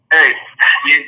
Hey